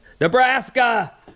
Nebraska